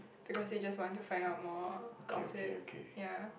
because they just want to find out more gossip ya